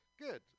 good